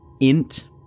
Int